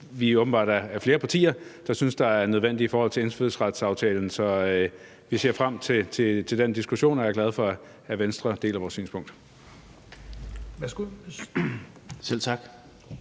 vi åbenbart er flere partier der synes er nødvendige i forhold til indfødsretsaftalen. Så vi ser frem til den diskussion. Og jeg er glad for, at Venstre deler vores synspunkt.